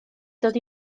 dod